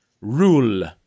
rule